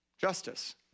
Justice